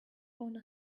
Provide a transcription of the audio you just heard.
wanta